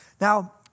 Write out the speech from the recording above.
Now